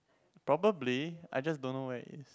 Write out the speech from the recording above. probably I just don't know where it is